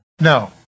No